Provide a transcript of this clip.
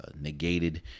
negated